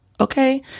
Okay